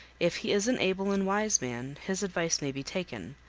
if he is an able and wise man his advice may be taken,